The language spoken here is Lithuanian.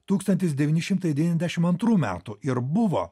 tūkstantis devyni šimtai devyndešim antrų metų ir buvo